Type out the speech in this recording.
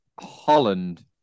Holland